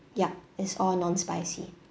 yup is all non-spicy